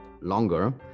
longer